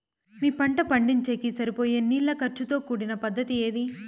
మీ పంట పండించేకి సరిపోయే నీళ్ల ఖర్చు తో కూడిన పద్ధతి ఏది?